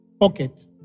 pocket